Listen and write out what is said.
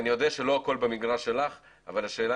אני יודע שלא הכול במגרש שלך אבל השאלה